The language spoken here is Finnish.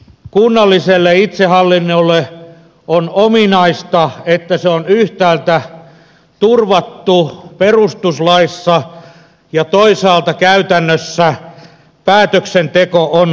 kunnalliselle itsehallinnolle on ominaista että se on yhtäältä turvattu perustuslaissa ja toisaalta käytännössä päätöksenteko on lähellä